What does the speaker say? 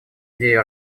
идею